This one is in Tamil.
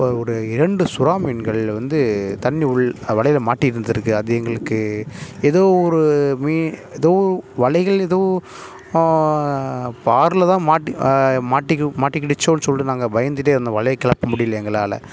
ஒரு இரண்டு சுறாமீன்கள் வந்து தண்ணி உள் வலையில் மாட்டிகிட்டுருந்துருக்கு அது எங்களுக்கு எதோ ஒரு மீன் எதோ வலைகள் எதோ பார்ல தான் மாட் மாட்டிகு மாட்டிக்கிடிச்சோ சொல்லிட்டு நாங்கள் பயந்துகிட்டே இருந்தோம் வலையை கிளப்ப முடியல எங்களால்